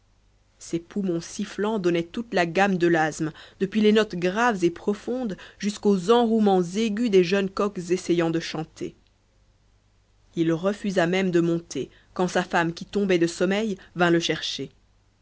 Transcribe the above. ses poumons sifflants donnaient toute la gamme de l'asthme depuis les notes graves et profondes jusqu'aux enrouements aigus des jeunes coqs essayant de chanter il refusa même de monter quand sa femme qui tombait de sommeil vint le chercher